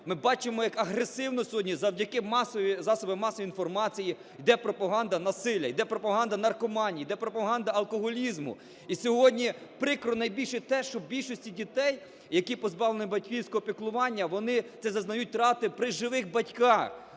ми бачимо, як агресивно сьогодні, завдяки засобам масової інформації, іде пропаганда насилля, іде пропаганда наркоманії, іде пропаганда алкоголізму. І сьогодні прикро найбільше те, що в більшості дітей, які позбавлені батьківського піклування, вони це зазнають втрати при живих батьках,